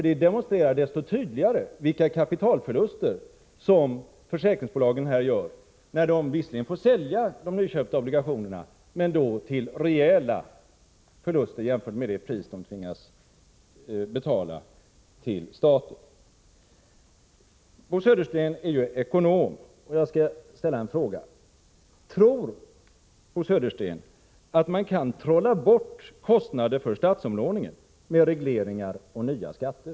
De demonstrerar desto tydligare vilka kapitalförluster som försäkringsbolagen gör när de visserligen får sälja de nyköpta obligationerna men då till rejäla förluster, jämfört med det pris de tvingas betala till staten. Bo Södersten är ju ekonom, och jag skall ställa en fråga till honom: Tror Bo Södersten att man kan trolla bort kostnader för statsupplåningen med regleringar och nya skatter?